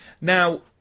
Now